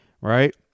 Right